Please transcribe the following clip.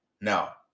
Now